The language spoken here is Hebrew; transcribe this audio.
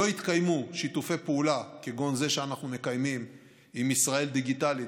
לא התקיימו שיתופי פעולה כגון זה שאנחנו מקיימים עם ישראל דיגיטלית,